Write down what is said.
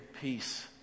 peace